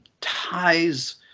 ties